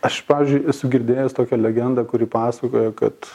aš pavyzdžiui esu girdėjęs tokią legendą kuri pasakoja kad